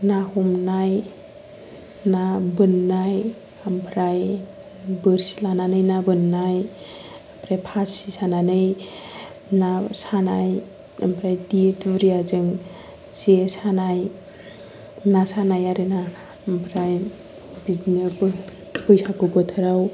ना हमनाय ना बोननाय ओमफ्राय बोरसि लानानै ना बोननाय ओमफ्राय फासि सानानै ना सानाय ओमफ्राय देर दुरियाजों जे सानाय ना सानाय आरोना ओमफ्राय बिदिनो बैसागु बोथोराव